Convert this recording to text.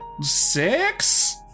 six